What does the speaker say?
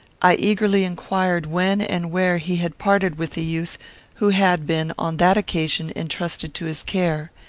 i eagerly inquired when and where he had parted with the youth who had been, on that occasion, intrusted to his care.